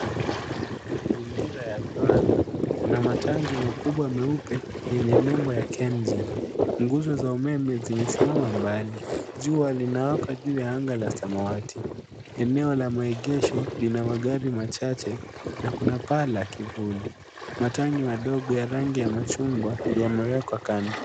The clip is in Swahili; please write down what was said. Mazingira ya viwanda, kuna matangi makubwa meupe yenye nembo ya KenGen, nguzo za umeme zimesimama mbali, jua linawaka juu ya anga la samawati. Eneo la maegesho lina magari machache na kuna paa la kivuli. Matangi madogo ya rangi ya machungwa yamewekwa kando.